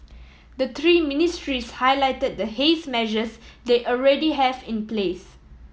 the three ministries highlighted the haze measures they already have in place